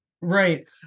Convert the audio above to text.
Right